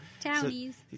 Townies